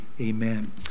amen